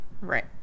Right